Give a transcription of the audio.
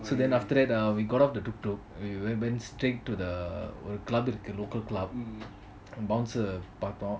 so then after that err we got off the tuk tuk we went went straight to the club the local club bouncer பாத்தோம்:paathom